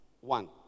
One